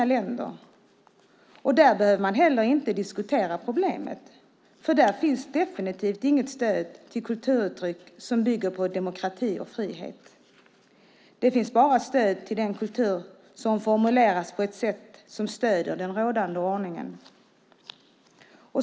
I länder utan demokrati behöver man inte diskutera problemet, för där finns definitivt inget stöd till kulturuttryck som bygger på demokrati och frihet. Där finns bara stöd till den kultur som formuleras på ett sätt som stöder den rådande ordningen.